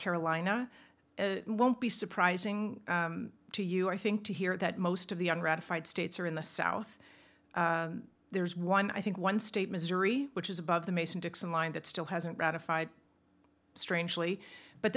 carolina it won't be surprising to you i think to hear that most of the un ratified states are in the south there's one i think one state missouri which is above the mason dixon line that still hasn't ratified strangely but